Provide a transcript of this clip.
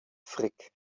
frick